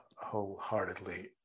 wholeheartedly